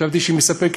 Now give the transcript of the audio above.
חשבתי שהיא מספקת.